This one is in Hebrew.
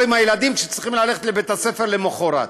עם הילדים שצריכים ללכת לבית-הספר למחרת.